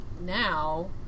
now